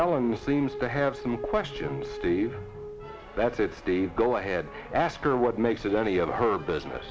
ellen seems to have some questions steve that's it dave go ahead ask her what makes it any other her business